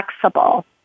flexible